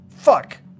Fuck